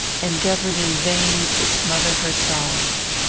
endeavoured in vain to smother her sobs.